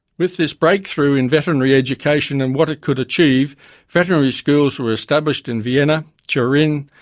with this breakthrough in veterinary education and what it could achieve veterinary schools were established in vienna, turin,